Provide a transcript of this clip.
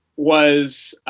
was